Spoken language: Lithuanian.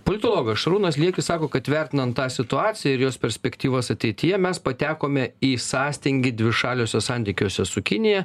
politologas šarūnas liekis sako kad vertinant tą situaciją ir jos perspektyvas ateityje mes patekome į sąstingį dvišaliuose santykiuose su kinija